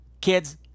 Kids